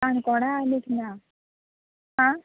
काणकोणां आनी ना आ